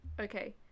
Okay